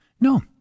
No